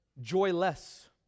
joyless